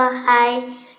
high